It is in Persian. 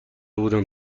بودم